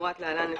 כמפורט להלן,